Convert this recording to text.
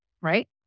right